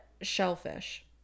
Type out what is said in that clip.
shellfish